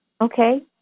Okay